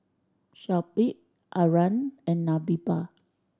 Shoaib Aryan and Nabila